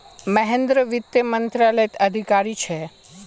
महेंद्र वित्त मंत्रालयत अधिकारी छे